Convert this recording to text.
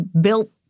built